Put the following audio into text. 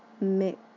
mix